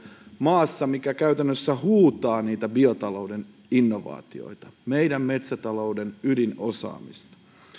maassa joka käytännössä huutaa niitä biotalouden innovaatioita meidän metsätalouden ydinosaamista